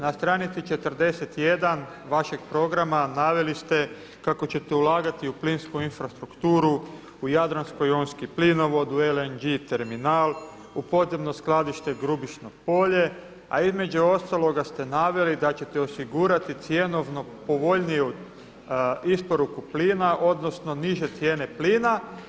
Na stranici 41. vašeg programa naveli ste kako ćete ulagati u plinsku infrastrukturu, u Jadransko-jonski plinovod, u LNG terminal, u podzemno skladište Grubišno polje, a između ostaloga ste naveli da ćete osigurati cjenovno povoljniju isporuku plina odnosno niže cijene plina.